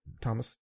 Thomas